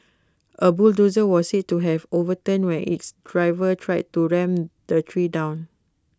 A bulldozer was said to have overturned when its driver tried to ram the tree down